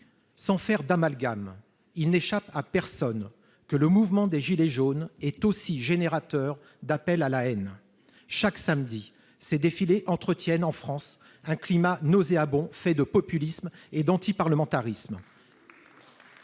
Sans faire d'amalgame, il n'échappe à personne que le mouvement des « gilets jaunes » est aussi générateur d'appels à la haine. Chaque samedi, ces défilés entretiennent en France un climat nauséabond fait de populisme et d'antiparlementarisme.